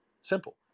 Simple